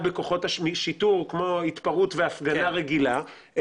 בכוחות השיטור כמו התפרעות והפגנה רגילה,